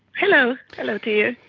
hello hello to you.